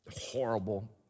horrible